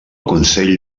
consell